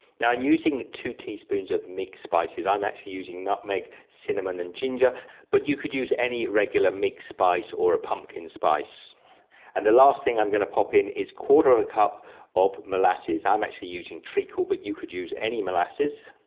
now i'm using two teaspoons of mixed spices, i'm actually using nutmeg, cinnamon and ginger but you could use any regular mix spice or a pumpkin spice and the last thing i'm going to pop in is a quarter a cup of molasses. i'm actually using treacle but you could use any molasses,